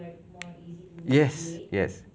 yes yes